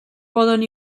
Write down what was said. poden